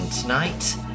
tonight